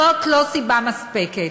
זאת לא סיבה מספקת.